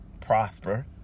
prosper